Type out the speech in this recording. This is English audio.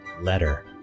letter